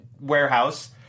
warehouse